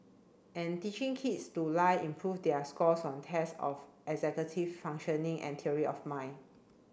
and teaching kids to lie improve their scores on tests of executive functioning and theory of mind